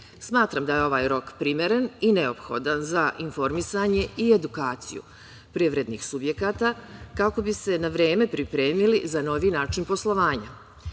Smatram da je ovaj rok primeren i neophodan za informisanje i edukaciju privrednih subjekata, kako bi se na vreme pripremili za novi način poslovanja.